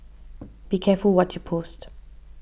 be careful what you post